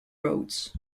roads